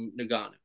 Nagano